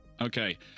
Okay